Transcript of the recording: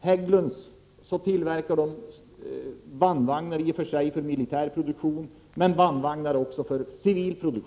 Hägglunds tillverkar bandvagnar, i och för sig för militärt bruk, men också för civilt bruk.